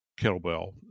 kettlebell